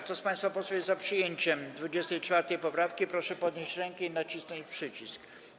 Kto z państwa posłów jest za przyjęciem 24. poprawki, proszę podnieść rękę i nacisnąć przycisk.